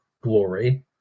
glory